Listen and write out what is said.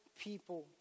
people